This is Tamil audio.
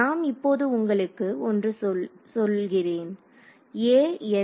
நாம் இப்போது உங்களுக்கு ஒன்று சொல்கிறேன் aN1ebN2e